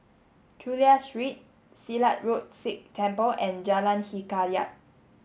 Chulia Street Silat Road Sikh Temple and Jalan Hikayat